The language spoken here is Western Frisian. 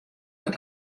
dat